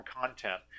content